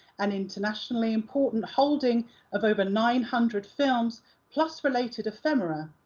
an internationally important holding of over nine hundred films plus related ephemera.